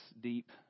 deep